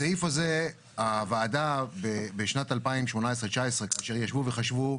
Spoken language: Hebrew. הסעיף זה הוועדה בשנת 2018-2019 כשישבו וחשבו,